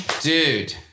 Dude